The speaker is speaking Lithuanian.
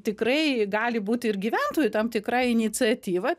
tikrai gali būti ir gyventojų tam tikra iniciatyva